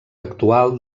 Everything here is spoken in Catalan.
actual